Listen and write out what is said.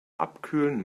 abkühlen